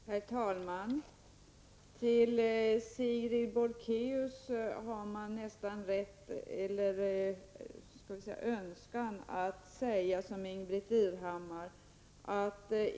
Herr talman! Till Sigrid Bolkéus önskar jag säga nästan samma sak som Ingbritt Irhammar sade.